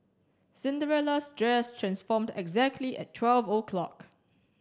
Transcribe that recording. Cinderella's dress transformed exactly at twelve o'clock